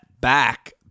back